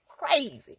crazy